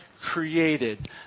created